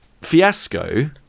Fiasco